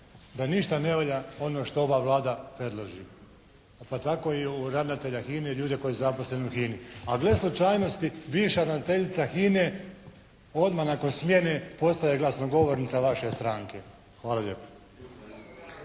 Da ništa ne valja ono što ova Vlada predloži, pa tako i ravnatelja HINA-e i ljude koji su zaposleni u HINA-i. A gle slučajnosti bivša ravnateljica HINA-e odmah nakon smjene postaje glasnogovornica vaše stranke. Hvala lijepo.